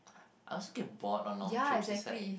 I also get bored on long trips it's like